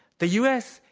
the u. s.